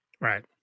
Right